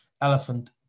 elephant